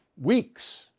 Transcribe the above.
weeks